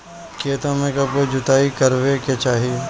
खेतो में कब कब जुताई करावे के चाहि?